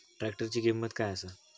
ट्रॅक्टराची किंमत काय आसा?